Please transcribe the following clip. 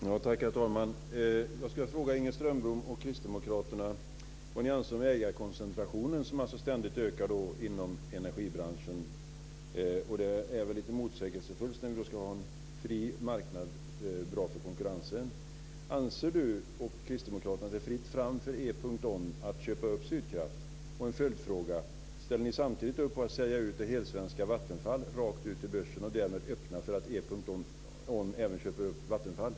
Herr talman! Jag ska fråga Inger Strömbom och kristdemokraterna vad ni anser om ägarkoncentrationen, som ständigt ökar inom energibranschen. Det är lite motsägelsefullt när vi ska ha en fri marknad som är bra för konkurrensen. Anser Inger Strömbom och kristdemokraterna att det är fritt fram för E.ON att köpa upp Sydkraft? En följdfråga: Ställer ni samtidigt upp på att sälja ut det helsvenska Vattenfall rakt ut till börsen och därmed öppna för att E.ON även köper upp Vattenfall?